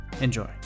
enjoy